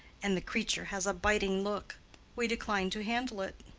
and the creature has a biting look we decline to handle it.